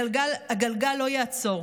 הגלגל לא יעצור.